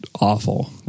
awful